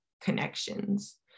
connections